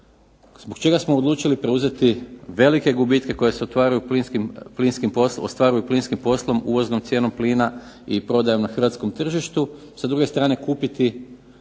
zbog čega smo odlučili preuzeti velike gubitke koji se ostvaruju plinskim poslom, uvoznom cijenom plina i prodajom na Hrvatskom tržištu, s druge strane kupiti